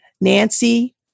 Nancy